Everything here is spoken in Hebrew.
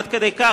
עד כדי כך,